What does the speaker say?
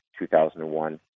2001